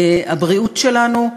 הבריאות שלנו,